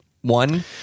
one